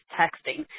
texting